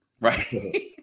right